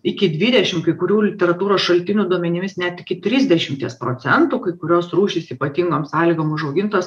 iki dvdešim kai kurių literatūros šaltinių duomenimis net iki trisdešimties procentų kai kurios rūšys ypatingom sąlygom užaugintos